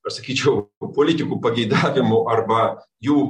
aš sakyčiau politikų pageidavimų arba jų